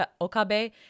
Okabe